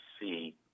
see